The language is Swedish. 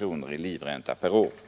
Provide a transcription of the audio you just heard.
en livränta på 7 000 kronor om året.